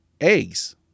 eggs